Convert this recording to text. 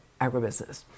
agribusiness